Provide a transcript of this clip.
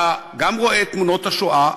אתה גם רואה את תמונות השואה,